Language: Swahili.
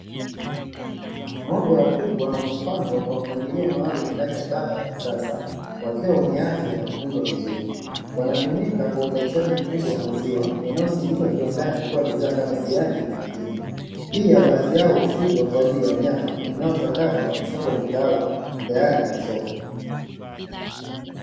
Ng'ombe wakubwa wamepangwa kwa mpangilio maalumu ndani ya banda la kisasa wakiwa wenye afya na kutunzwa vizuri. Wanatumika kwa uzalishaji mkubwa wa maziwa yanayosindikwa kiwandani kuwa bidhaa kama siagi na mtindi. Pia baadhi yao hufugwa kwa ajili ya nyama inayochakatwa na kufungwa kitaalamu tayari kwa soko.